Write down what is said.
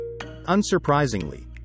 Unsurprisingly